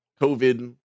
COVID